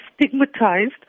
stigmatized